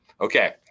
okay